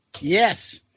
Yes